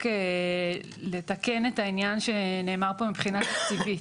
אני רק רוצה לתקן את מה שנאמר כאן מבחינה תקציבית.